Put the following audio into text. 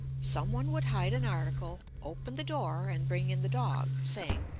some one would hide an article, open the door, and bring in the dog, saying,